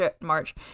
March